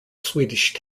swedish